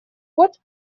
год